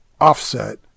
offset